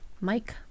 Mike